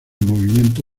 movimiento